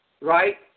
Right